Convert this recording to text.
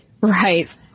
Right